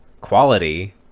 quality